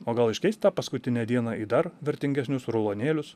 o gal iškeist tą paskutinę dieną į dar vertingesnius rulonėlius